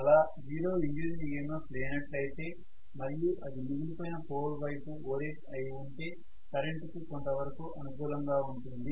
అలా zero induced EMF లేనట్లు అయితే మరియు అది మిగిలిపోయిన పోల్ వైపు ఓరియంట్ అయి ఉంటే కరెంటుకి కొంత వరకు అనుకూలంగా ఉంటుంది